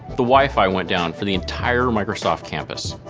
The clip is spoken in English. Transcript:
the wifi went down for the entire microsoft campus.